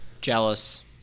Jealous